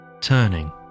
Turning